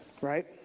right